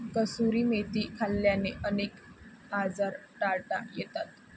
कसुरी मेथी खाल्ल्याने अनेक आजार टाळता येतात